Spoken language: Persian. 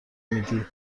میدی